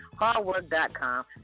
Hardwork.com